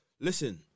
Listen